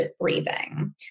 breathing